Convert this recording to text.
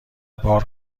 بار